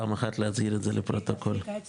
היועצת